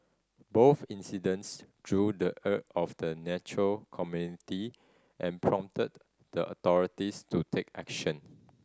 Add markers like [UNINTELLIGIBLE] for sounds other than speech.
both incidents drew the [UNINTELLIGIBLE] of the nature community and prompted the authorities to take action